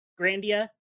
Grandia